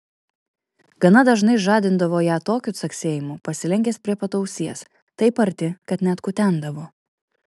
gana dažnai žadindavo ją tokiu caksėjimu pasilenkęs prie pat ausies taip arti kad net kutendavo